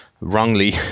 wrongly